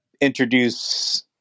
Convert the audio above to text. introduce